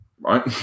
right